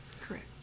Correct